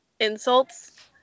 insults